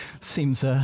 seems